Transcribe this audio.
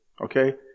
Okay